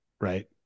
right